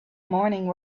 morning